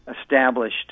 established